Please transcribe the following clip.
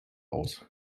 aus